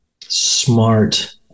smart